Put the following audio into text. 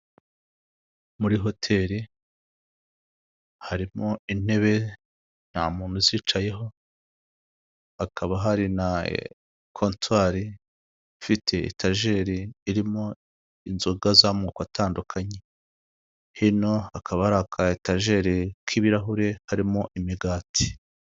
Muri hoteli, harimo intebe, nta muntu uzicayeho, hakaba hari na kontwari ifite etajeri irimo inzoga z'amoko atandukanye. Hino hakaba hari aka etajeri k'ibirahure harimo imigati.